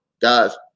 guys